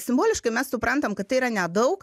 simboliškai mes suprantam kad tai yra nedaug